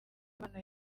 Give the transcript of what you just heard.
impano